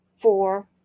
Four